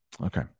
Okay